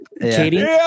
Katie